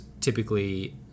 typically